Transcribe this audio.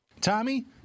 Tommy